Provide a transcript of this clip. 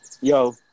Yo